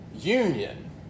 union